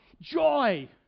joy